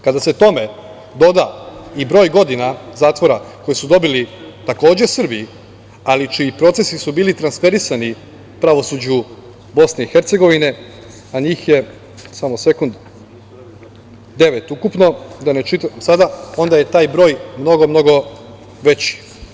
Kada se tome doda i broj godina zatvora, koje su dobili takođe Srbi, ali čiji procesu su bili transferisani pravosuđu BiH, a njih je devet ukupno, da ne čitam sada, onda je taj broj mnogo, mnogo veći.